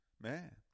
Man